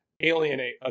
alienate